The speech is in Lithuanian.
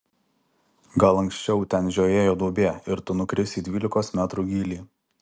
gal anksčiau ten žiojėjo duobė ir tu nukrisi į dvylikos metrų gylį